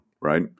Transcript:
right